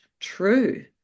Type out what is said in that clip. true